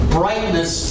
brightness